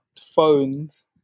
phones